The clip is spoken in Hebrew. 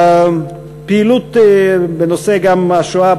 פעילות גם בנושא השואה,